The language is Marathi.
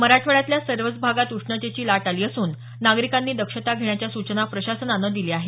मराठवाड्यातल्या सर्वच भागात उष्णतेची लाट आली असून नागरिकांनी दक्षता घेण्याच्या सूचना प्रशासनानं दिल्या आहेत